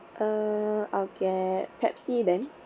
uh I'll get pepsi then